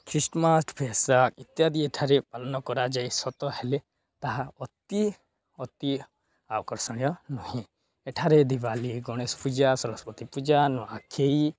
Christmas ଫେଷାାଗ ଇତ୍ୟାଦି ଏଠାରେ ପାଳନ କରାଯାଇଏ ସତ ହେଲେ ତାହା ଅତି ଅତି ଆକର୍ଷଣୀୟ ନୁହେଁ ଏଠାରେ ଦିୱାଲୀ ଗଣେଶ ପୂଜା ସରସ୍ୱତୀ ପୂଜା ନୂଆଖାଇ